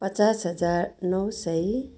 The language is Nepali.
पचास हजार नौ सय